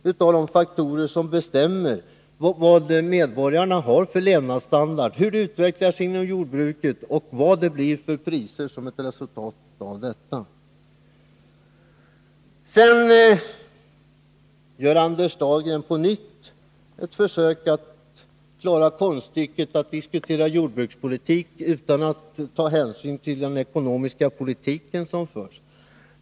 Utvecklingen inom jordbruket och de priser som blir följden av den är alltså en mycket viktig del av de faktorer som bestämmer medborgarnas levnadsstandard. Anders Dahlgren gör på nytt ett försök att klara konststycket att diskutera jordbrukspolitik utan att ta hänsyn till den ekonomiska politik som förs.